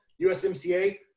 USMCA